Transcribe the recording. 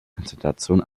konzentration